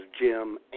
Jim